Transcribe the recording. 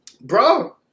bro